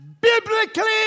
biblically